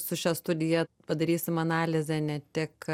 su šia studija padarysim analizę ne tik